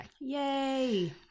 Yay